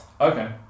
Okay